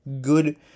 Good